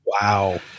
Wow